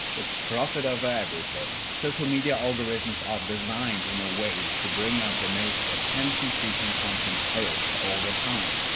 it's profit over everything. social media algorithms are designed in a way to bring up the most attention-seeking content first all the time.